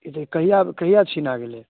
ई तऽ कहिया कहिया छिना गेलै